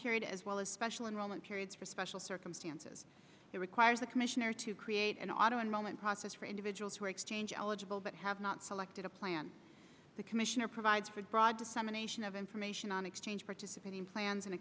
period as well as special enrollment periods for special circumstances that requires a commissioner to create an auto enrolment process for individuals who are exchange eligible but have not selected a plan the commissioner provides for broad dissemination of information on exchange participating